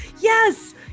yes